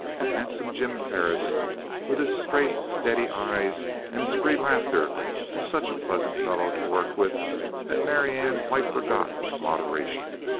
and handsome jim perris with his straight, steady eyes and his free laughter was such a pleasant fellow to work with that marianne quite forgot moderation.